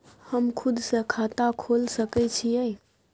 हम खुद से खाता खोल सके छीयै?